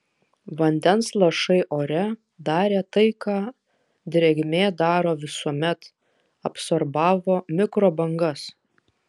vandens lašai ore darė tai ką drėgmė daro visuomet absorbavo mikrobangas